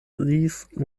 these